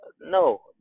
no